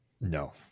No